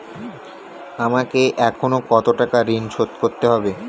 আমাকে এখনো কত টাকা ঋণ শোধ করতে হবে?